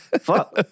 fuck